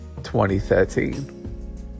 2013